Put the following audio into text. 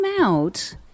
out